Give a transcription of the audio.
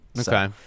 Okay